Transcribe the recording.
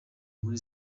muri